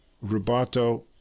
rubato